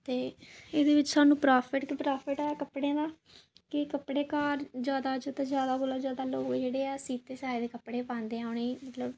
ते इ'दे बिच्च सानूं प्राफिट गै प्राफिट ऐ कपड़ें दा कि कपड़े घर जैदा कोला जैदा लोक जेह्ड़े ऐ सीते सेआए दे कपड़े पांदे ऐ उ'नेंगी मतलब